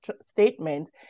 statement